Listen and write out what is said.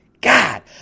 god